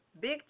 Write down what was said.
big